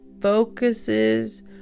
focuses